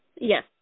Yes